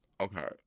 okay